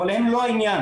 אבל הם לא העניין.